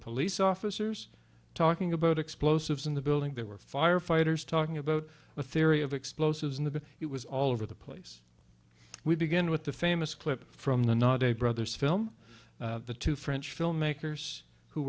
police officers talking about explosives in the building there were firefighters talking about the theory of explosives in the it was all over the place we begin with the famous clip from the not day brothers film the two french filmmakers who